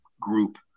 group